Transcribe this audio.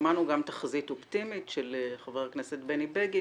שמענו גם תחזית אופטימית של חבר הכנסת בני בגין